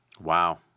Wow